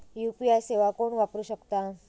UPI सेवा कोण वापरू शकता?